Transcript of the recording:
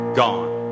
gone